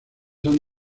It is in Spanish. han